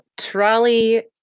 Trolley